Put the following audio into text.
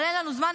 אבל אין לנו זמן,